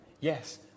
Yes